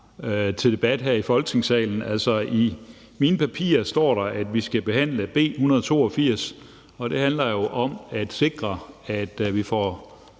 til debat her i Folketingssalen. I mine papirer står der, at vi skal behandle beslutningsforslag nr. B 182, som handler om at sikre, at vi får